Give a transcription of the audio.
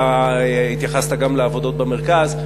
אתה התייחסת גם לעבודות במרכז,